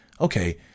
okay